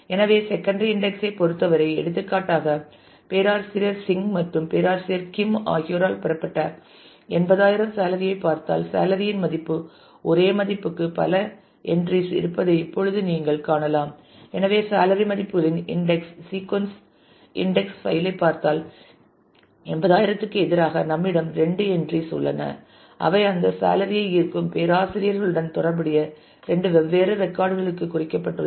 எனவே secondary index ஐ பொறுத்தவரை எடுத்துக்காட்டாக பேராசிரியர் சிங் மற்றும் பேராசிரியர் கிம் ஆகியோரால் பெறப்பட்ட எண்பதாயிரம் சேலரி ஐ பார்த்தால் சேலரி இன் ஒரே மதிப்புக்கு பல என்றிஸ் இருப்பதை இப்பொழுது நீங்கள் காணலாம் எனவே சேலரி மதிப்புகளின் இன்டெக்ஸ் சீக்கொன்ஸ் இன்டெக்ஸ் பைல் ஐ பார்த்தால் 80000 க்கு எதிராக நம்மிடம் இரண்டு என்றிஸ் உள்ளன அவை அந்த சேலரி ஐ ஈர்க்கும் பேராசிரியர்களுடன் தொடர்புடைய இரண்டு வெவ்வேறு ரெக்கார்ட் களுக்கு குறிக்கப்பட்டுள்ளன